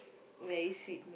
very sweet